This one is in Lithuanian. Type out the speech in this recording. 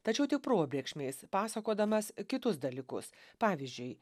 tačiau tik probėgšmiais pasakodamas kitus dalykus pavyzdžiui